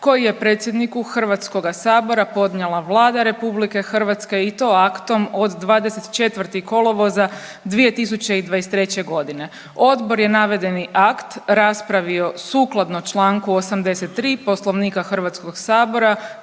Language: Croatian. koji je predsjedniku Hrvatskoga sabora podnijela Vlada RH i to aktom od 24. kolovoza 2023. godine. Odbor je navedeni akt raspravio sukladno čl. 83. Poslovnika Hrvatskog sabora